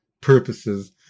purposes